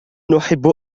نحب